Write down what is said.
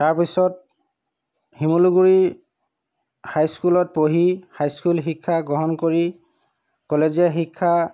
তাৰপিছত শিমলুগুৰি হাইস্কুলত পঢ়ি হাইস্কুল শিক্ষা গ্ৰহণ কৰি কলেজীয়া শিক্ষা